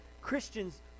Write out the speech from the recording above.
Christians